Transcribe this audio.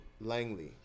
Langley